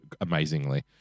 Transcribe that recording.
amazingly